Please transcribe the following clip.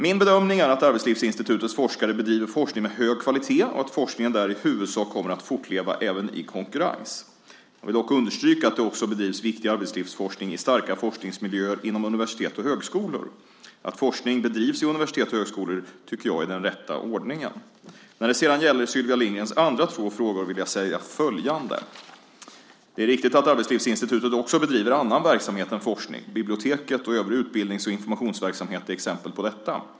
Min bedömning är att Arbetslivsinstitutets forskare bedriver forskning med hög kvalitet och att forskningen där i huvudsak kommer att fortleva även i konkurrens. Jag vill dock understryka att det också bedrivs viktig arbetslivsforskning i starka forskningsmiljöer inom universitet och högskolor. Att forskning bedrivs vid universitet och högskolor tycker jag är den rätta ordningen. När det sedan gäller Sylvia Lindgrens andra två frågor vill jag säga följande. Det är riktigt att Arbetslivsinstitutet också bedriver annan verksamhet än forskning. Biblioteket och övrig utbildnings och informationsverksamhet är exempel på detta.